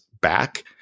back